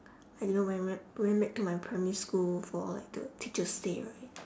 I didn't went back went back to my primary school for like the teachers' day right